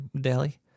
daily